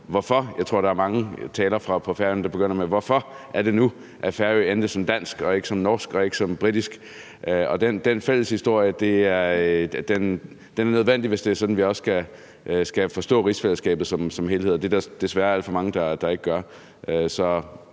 Hvorfor er det nu, at Færøerne endte som danske og ikke som norske og ikke som britiske, og den fælles historie er også nødvendig, hvis det er sådan, at vi skal forstå rigsfællesskabet som helhed, og det er der desværre alt for mange der ikke gør.